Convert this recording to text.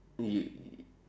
you